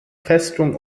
festung